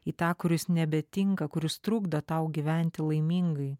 į tą kuris nebetinka kuris trukdo tau gyventi laimingai